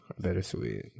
Bittersweet